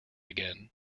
again